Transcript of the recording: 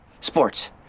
Sports